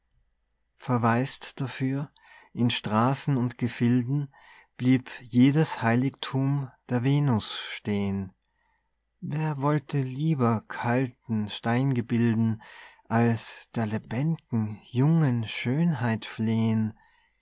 verwaist dafür in straßen und gefilden blieb jedes heiligthum der venus stehn wer wollte lieber kalten steingebilden als der lebend'gen jungen schönheit flehn